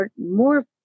more